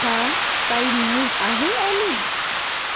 छा काई न्यूज़ आहे ऑली